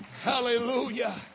Hallelujah